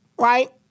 Right